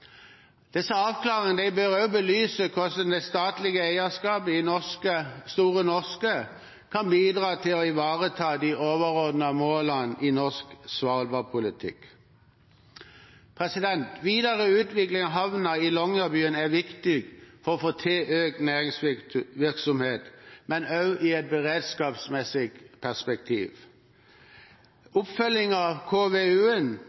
Disse avklaringene bør også belyse hvordan det statlige eierskapet i Store Norske kan bidra til å ivareta de overordnede målene i norsk Svalbard-politikk. Videre utvikling av havnen i Longyearbyen er viktig for å få til økt næringsvirksomhet, men også i et beredskapsmessig perspektiv.